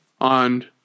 on